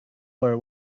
for